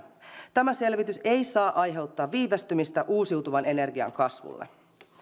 tämä selvitys ei saa aiheuttaa viivästymistä uusiutuvan energian kasvulle